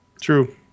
true